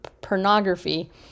pornography